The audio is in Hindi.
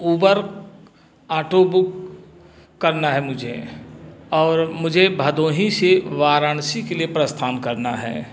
उबर ऑटो बुक करना है मुझे और मुझे भदोही से वाराणसी के लिए प्रस्थान करना है